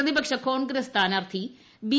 പ്രതിപക്ഷ കോൺഗ്രസ് സ്ഥാനാർത്ഥി ബി